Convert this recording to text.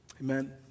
amen